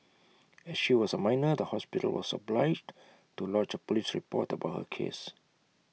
as she was A minor the hospital was obliged to lodge A Police report about her case